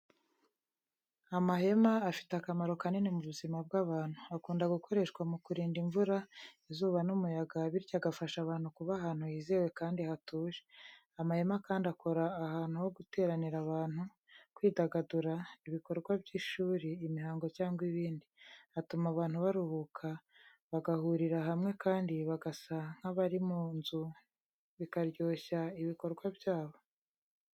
Amahema afite akamaro kanini mu buzima bw’abantu. Akunda gukoreshwa mu kurinda imvura, izuba n’umuyaga, bityo agafasha abantu kuba ahantu hizewe kandi hatuje. Amahema kandi akora ahantu ho guteranira abantu, kwidagadura, ibikorwa by’ishuri, imihango cyangwa ibindi. Atuma abantu baruhuka, bagahurira hamwe kandi bagasa nk’abari mu nzu bikaryoshya ibikorwa byabo.